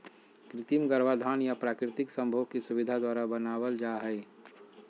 कृत्रिम गर्भाधान या प्राकृतिक संभोग की सुविधा द्वारा बनाबल जा हइ